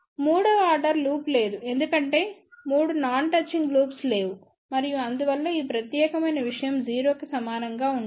మూడవ order loop లేదు ఎందుకంటే 3 నాన్ టచింగ్ లూప్స్ లేవు మరియు అందువల్ల ఈ ప్రత్యేకమైన విషయం 0 కి సమానంగా ఉంటుంది